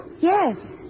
Yes